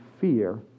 fear